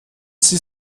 sie